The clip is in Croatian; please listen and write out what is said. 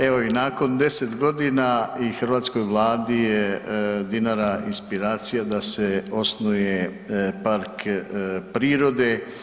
Evo i nakon 10.g. i hrvatskoj vladi je Dinara inspiracija da se osnuje park prirode.